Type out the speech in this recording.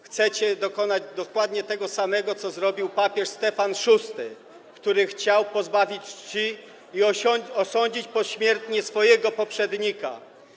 Chcecie dokonać dokładnie tego samego, co zrobił papież Stefan VI, który chciał pozbawić czci i osądzić pośmiertnie swojego poprzednika.